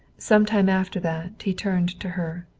some time after that he turned to her.